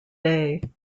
day